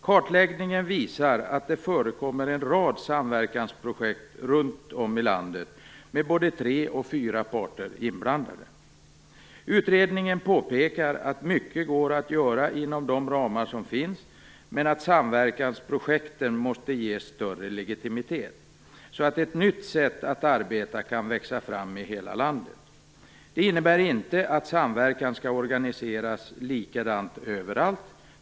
Kartläggningen visar att det förekommer en rad samverkansprojekt runt om i landet med både tre och fyra parter inblandade. Utredningen påpekar att mycket går att göra inom de ramar som finns, men att samverkansprojekten måste ges större legitimitet så att ett nytt sätt att arbeta kan växa fram i hela landet. Det innebär inte att samverkan skall organiseras likadant överallt.